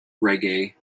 reggae